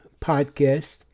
podcast